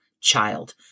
child